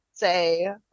say